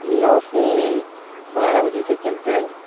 नौ से बारह बजे तक चलता है